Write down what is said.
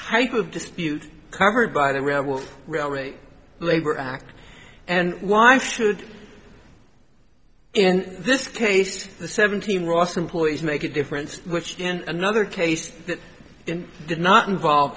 type of dispute covered by the real rate labor act and why should in this case the seventeen ross employees make a difference which in another case that did not involve